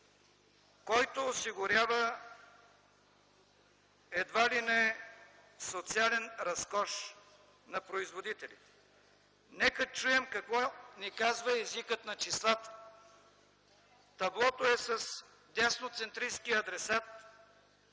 който осигурява едва ли не социален разкош на производителите. Нека чуем какво ни казва езикът на числата. Таблото е с десноцентристки адресат,